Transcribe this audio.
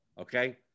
Okay